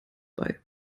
bei